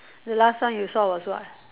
the last time you saw was what